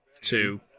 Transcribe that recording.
two